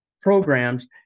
programs